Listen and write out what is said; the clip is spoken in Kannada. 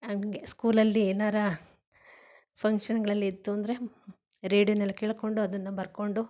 ಹಾಗೆ ಸ್ಕೂಲಲ್ಲಿ ಏನಾರ ಫಂಕ್ಷನ್ನುಗಳಲ್ಲಿತ್ತು ಅಂದರೆ ರೇಡಿಯೋನಲ್ಲಿ ಕೇಳಿಕೊಂಡು ಅದನ್ನು ಬರ್ಕೊಂಡು